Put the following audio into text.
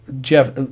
jeff